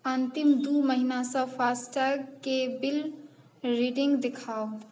अन्तिम दू महिनासँ फास्टैगके बिल रीडिङ्ग देखाउ